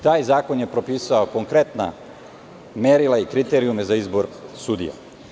Taj zakon je propisao konkretna merila i kriterijume za izbor sudija.